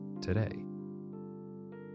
today